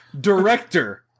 director